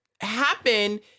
happen